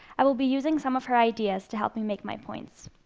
i will be using some of her ideas to help me make my points.